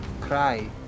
cry